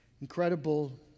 incredible